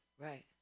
Right